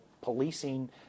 policing